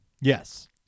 yes